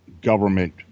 government